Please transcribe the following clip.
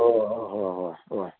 हो हो हो हो